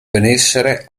benessere